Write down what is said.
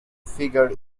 figure